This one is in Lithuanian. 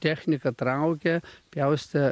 technika traukė pjaustė